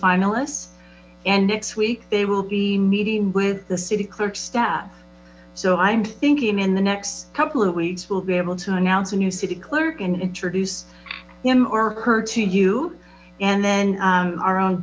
finalists and next week they will be meeting with the city clerk staff so i'm thinking in the next couple of weeks we'll be able to announce a new city clerk and introduce him or her to you and then our own